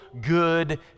good